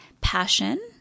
passion